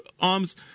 arms